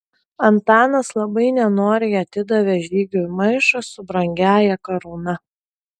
antanas labai nenoriai atidavė žygiui maišą su brangiąja karūna